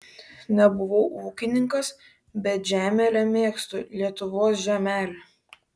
nebuvau ūkininkas bet žemelę mėgstu lietuvos žemelę